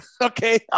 Okay